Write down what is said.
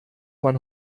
man